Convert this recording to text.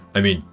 i mean,